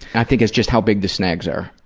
i think it's just how big the snags are.